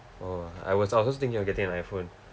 oh I was I was just thinking of getting an iphone